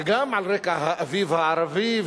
וגם על רקע האביב הערבי,